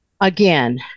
Again